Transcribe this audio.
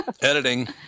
editing